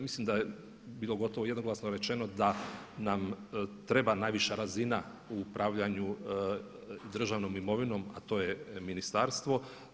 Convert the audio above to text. Mislim da je bilo gotovo jednoglasno rečeno da nam treba najviša razina u upravljanju državnom imovinom a to je ministarstvo.